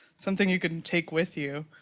something you couldn't take with you.